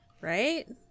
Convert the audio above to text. Right